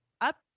up